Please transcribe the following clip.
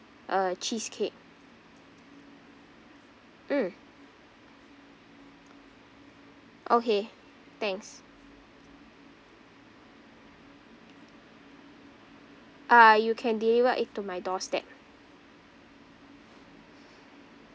uh cheesecake mm okay thanks uh you can deliver it to my doorstep